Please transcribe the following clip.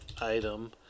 item